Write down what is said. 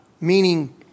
meaning